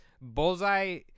Bullseye